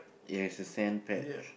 yes the sand patch